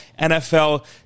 NFL